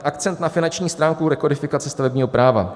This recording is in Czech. Akcent na finanční stránku rekodifikace stavebního práva.